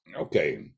okay